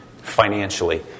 financially